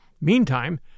Meantime